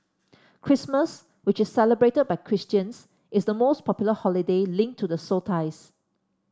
Christmas which is celebrated by Christians is the most popular holiday linked to the solstice